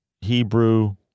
Hebrew